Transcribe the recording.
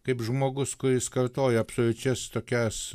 kaip žmogus kuris kartoja absoliučias tokias